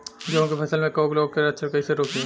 गेहूं के फसल में कवक रोग के लक्षण कईसे रोकी?